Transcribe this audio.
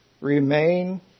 remain